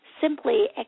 simply